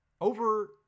over